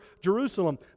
Jerusalem